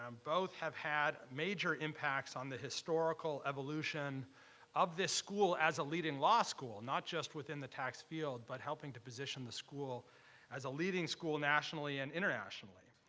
um both have had major impacts on the historical evolution of this school as a leading law school, not just within the tax field but helping to position the school as a leading school nationally and internationally.